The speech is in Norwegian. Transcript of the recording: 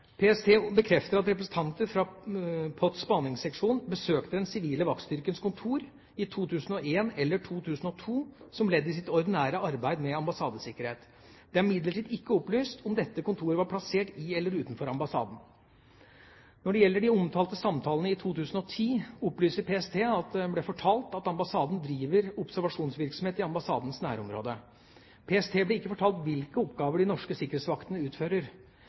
PST bekrefter at representanter fra POTs spaningsseksjon besøkte den sivile vaktstyrkens kontor i 2001 eller 2002 som ledd i sitt ordinære arbeid med ambassadesikkerhet. Det er imidlertid ikke opplyst om dette kontoret var plassert i eller utenfor ambassaden. Når det gjelder de omtalte samtalene i 2010, opplyser PST at det ble fortalt at ambassaden driver observasjonsvirksomhet i ambassadens nærområde. PST ble ikke fortalt hvilke oppgaver de norske sikkerhetsvaktene utfører.